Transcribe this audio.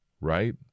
right